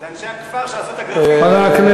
זה אנשי הכפר שעשו את, חבר הכנסת,